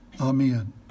amen